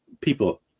people